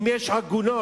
אם יש עגונות,